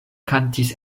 kantis